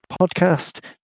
podcast